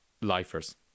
lifers